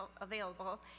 available